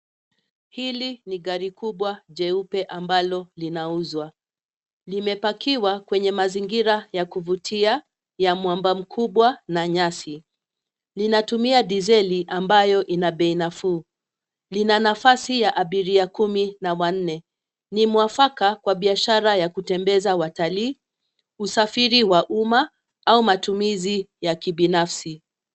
Hili ni gari kubwa jeupe ambalo linauzwa, limepakiwa kwenye mazingira ya kuvutia ya mwamba mkubwa na nyasi. Linatumia diseli ambayo ina bei nafuu, lina nafasi ya abiria kumi na wanne ni mwafaka kwa biashara ya kutembeza watalii, usafiri wa uma au matumizi ya kibinafsi.